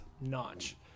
notch